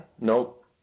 Nope